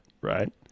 right